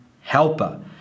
helper